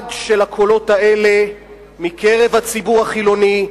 שעד שלקולות האלה מקרב הציבור החילוני,